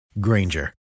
Granger